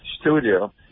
studio